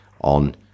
on